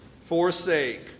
forsake